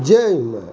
जाहिमे